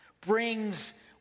brings